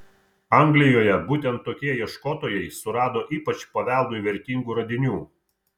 anglijoje būtent tokie ieškotojai surado ypač paveldui vertingų radinių